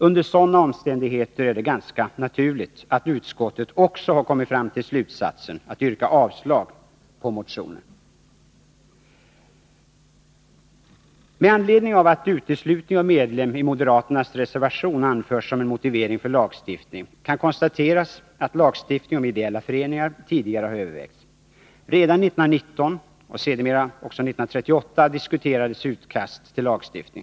Under sådana omständigheter är det ganska naturligt att utskottet också har kommit till slutsatsen att föreslå avslag på motionen. Med anledning av att uteslutning av medlem i moderaternas reservation anförs som en motivering för lagstiftning kan konstateras att lagstiftning om ideella föreningar tidigare har övervägts. Redan 1919, och sedermera också 1938, diskuterades utkast till sådan lagstiftning.